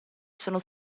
sono